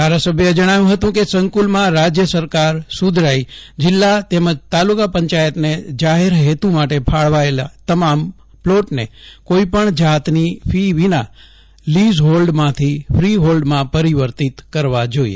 ધારાસભ્યએ જણાવ્યું હતું કે સંકુલમાં રાજ્ય સરકાર સુ ધરાઈ જિલ્લાતાલુ કા પં ચાયતને જાહેર હેતુ માટે ફાળવાયેલા તમામ પ્લોટને કોઈ પણ જાતની ફી વિના લીઝ હોલ્ડમાંથી ફી હોલ્ડમાં પરિવર્તિત કરવા જોઈએ